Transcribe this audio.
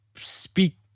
speak